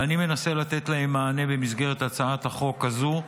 ואני מנסה לתת להם מענה במסגרת הצעת החוק הזו,